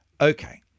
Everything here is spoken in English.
Okay